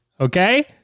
Okay